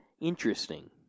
Interesting